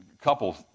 couple